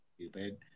stupid